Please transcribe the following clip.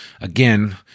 again